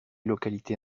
localités